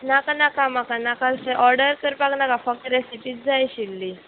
नाका नाका म्हाका नाका अशें ऑर्डर करपाक नाका फक्त रेसिपीज जाय आशिल्ली